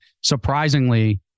surprisingly